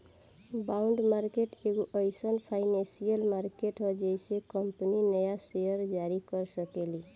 bond market एगो एईसन financial market ह जेइसे कंपनी न्या सेयर जारी कर सकेली